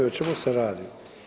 O čemu se radi?